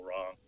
wrong